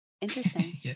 Interesting